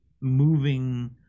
moving